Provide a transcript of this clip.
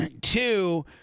Two